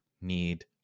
need